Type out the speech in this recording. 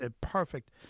perfect